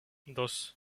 dos